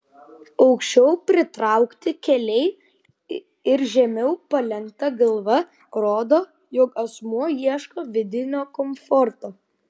aukščiau pritraukti keliai ir žemiau palenkta galva rodo jog asmuo ieško vidinio komforto